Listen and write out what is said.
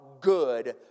good